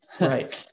right